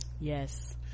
yes